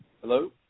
Hello